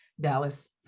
Dallas